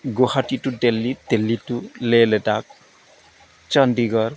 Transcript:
Guwahati to Delhi Delhi to Leh Ladakh Chandigarh